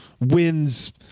wins